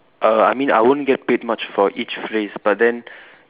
uh I mean I won't get paid much for each phrase but then